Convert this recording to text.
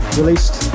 released